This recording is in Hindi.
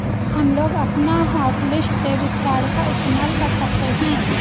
हमलोग अपना हॉटलिस्ट डेबिट कार्ड का इस्तेमाल कर सकते हैं